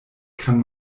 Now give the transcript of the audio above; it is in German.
kann